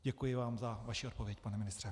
Děkuji vám za vaši odpověď, pane ministře.